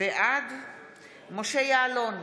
בעד משה יעלון,